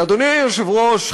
אדוני היושב-ראש,